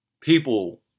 people